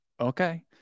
okay